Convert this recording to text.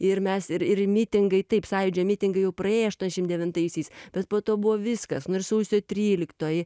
ir mes ir ir mitingai taip sąjūdžio mitingai jau praėję aštuonšim devintaisiais bet po to buvo viskas nu ir sausio tryliktoji